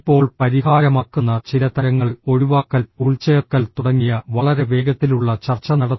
ഇപ്പോൾ പരിഹാരമാക്കുന്ന ചില തരങ്ങൾ ഒഴിവാക്കൽ ഉൾച്ചേർക്കൽ തുടങ്ങിയ വളരെ വേഗത്തിലുള്ള ചർച്ച നടത്തി